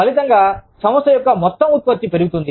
ఫలితంగా సంస్థ యొక్క మొత్తం ఉత్పత్తి పెరుగుతుంది